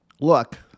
look